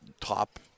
top